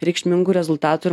reikšmingų rezultatų ir